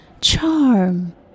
Charm